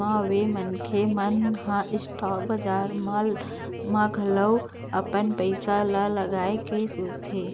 म ओ मनखे मन ह स्टॉक बजार म घलोक अपन पइसा ल लगाए के सोचथे